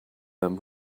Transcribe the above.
them